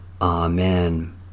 Amen